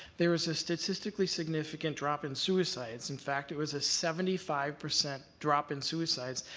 there was a statistically significant drop in suicides. in fact, it was a seventy five percent drop in suicides.